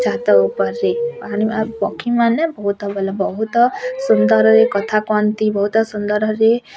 ଛାତ ଉପରେ ପକ୍ଷୀମାନେ ବହୁତ ଭଲ ବହୁତ ସୁନ୍ଦର କଥା କହନ୍ତି ବହୁତ ସୁନ୍ଦରରେ